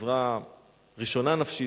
עזרה ראשונה נפשית,